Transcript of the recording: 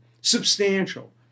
substantial